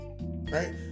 right